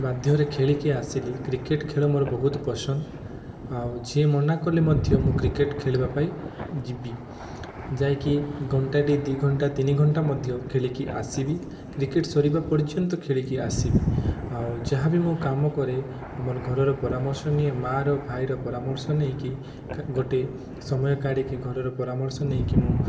ବାଧ୍ୟରେ ଖେଳିକି ଆସିଲି କ୍ରିକେଟ ଖେଳ ମୋର ବହୁତ ପସନ୍ଦ ଆଉ ଯିଏ ମନା କଲେ ମଧ୍ୟ ମୁଁ କ୍ରିକେଟ ଖେଳିବା ପାଇଁ ଯିବି ଯାଇକି ଘଣ୍ଟାଟି ଦୁଇ ଘଣ୍ଟା ତିନି ଘଣ୍ଟା ମଧ୍ୟ ଖେଳିକି ଆସିବି କ୍ରିକେଟ ସରିବା ପର୍ଯ୍ୟନ୍ତ ଖେଳିକି ଆସିବି ଆଉ ଯାହା ବି ମୁଁ କାମ କରେ ଆମର ଘରର ପରାମର୍ଶ ନିଏ ମା'ର ଭାଇର ପରାମର୍ଶ ନେଇକି ଗୋଟେ ସମୟ କାଢ଼ିକି ଘରର ପରାମର୍ଶ ନେଇକି ମୁଁ